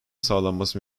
sağlanması